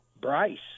Bryce